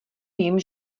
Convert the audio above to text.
jim